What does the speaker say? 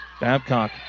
Babcock